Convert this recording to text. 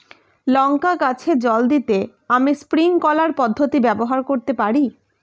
লঙ্কা গাছে জল দিতে আমি স্প্রিংকলার পদ্ধতি ব্যবহার করতে পারি?